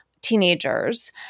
Teenagers